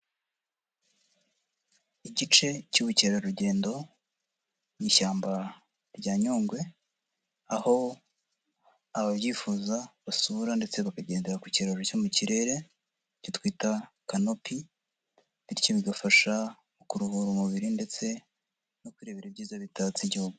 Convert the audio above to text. Igice cy'ubukerarugendo mu ishyamba rya Nyungwe aho ababyifuza basura ndetse bakagendera ku kiraro cyo mu kirere icyo twita kanopi, bityo bigafasha mu kuruhura umubiri ndetse no kwirebera ibyiza bitatse Igihugu.